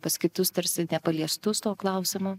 pas kitus tarsi nepaliestus to klausimo